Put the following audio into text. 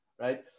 right